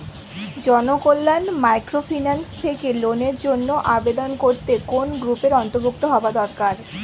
Janakalyan microfinance থেকে লোনের জন্য আবেদন করতে কোন গ্রুপের অন্তর্ভুক্ত হওয়া দরকার?